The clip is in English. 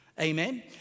Amen